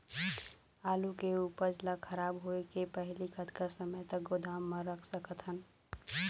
आलू के उपज ला खराब होय के पहली कतका समय तक गोदाम म रख सकत हन?